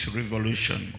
revolution